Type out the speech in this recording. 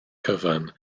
cyfan